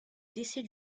décès